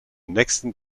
nächsten